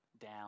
down